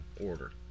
order